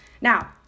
Now